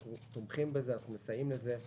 אנחנו תומכים בזה, אנחנו מסייעים לזה.